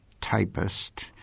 typist